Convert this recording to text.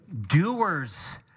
doers